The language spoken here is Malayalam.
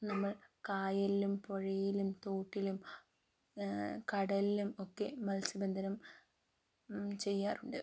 നമ്മൾ കായലിലും പുഴയിലും തോട്ടിലും കടലിലും ഒക്കെ മത്സ്യബന്ധനം ചെയ്യാറുണ്ട്